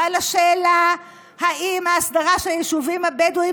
ועל השאלה אם ההסדרה של היישובים הבדואיים